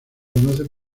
conoce